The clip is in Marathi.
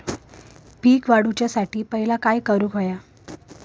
पीक वाढवुसाठी पहिला काय करूक हव्या?